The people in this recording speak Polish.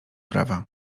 prawa